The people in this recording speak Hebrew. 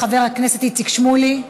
חבר הכנסת איציק שמולי,